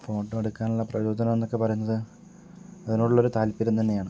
photo എടുക്കാനുള്ള പ്രചോദനം എന്നൊക്കെ പറയുന്നത് അതിനോടുള്ള ഒരു താൽപര്യം തന്നെയാണ്